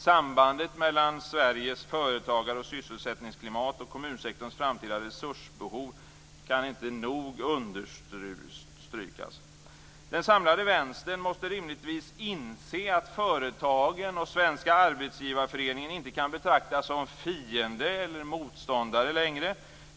Sambandet mellan Sveriges företagar och sysselsättningsklimat och kommunsektorns framtida resursbehov kan inte nog understrykas. Den samlade vänstern måste rimligtvis inse att företagen och Svenska Arbetsgivareföreningen inte kan betraktas som en fiende eller motståndare längre.